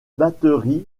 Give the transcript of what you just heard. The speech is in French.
batteries